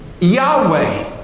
Yahweh